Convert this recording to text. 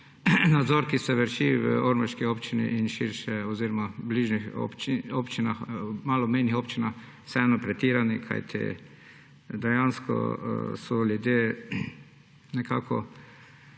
nadzor, ki se vrši v ormoški občini in širše oziroma v bližnjih maloobmejnih občinah, vseeno pretiran, kajti dejansko so ljudje nekako